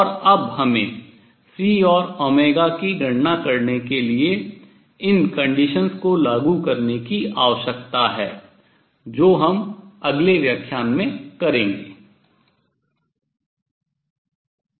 और अब हमें C और की गणना करने के लिए इन conditions शर्तों को लागू करने की आवश्यकता है जो हम अगले व्याख्यान में करेंगे